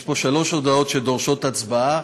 יש פה שלוש הודעות שדורשות הצבעה.